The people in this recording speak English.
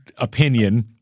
opinion